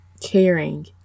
caring